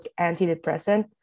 antidepressant